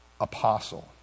apostle